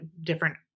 different